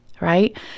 right